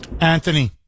Anthony